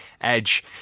Edge